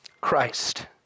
Christ